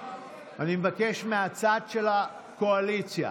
אני מבקש מהצד של הקואליציה